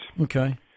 Okay